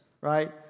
right